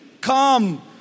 Come